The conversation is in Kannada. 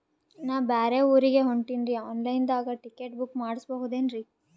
ನಾ ಬ್ಯಾರೆ ಊರಿಗೆ ಹೊಂಟಿನ್ರಿ ಆನ್ ಲೈನ್ ದಾಗ ಟಿಕೆಟ ಬುಕ್ಕ ಮಾಡಸ್ಬೋದೇನ್ರಿ?